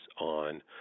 on